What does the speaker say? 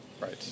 Right